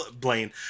blaine